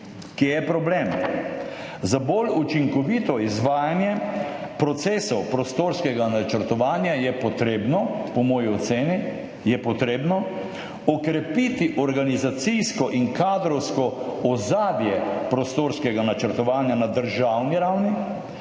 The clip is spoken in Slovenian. Kje je problem? Za bolj učinkovito izvajanje procesov prostorskega načrtovanja je treba, po moji oceni, okrepiti organizacijsko in kadrovsko ozadje prostorskega načrtovanja na državni ravni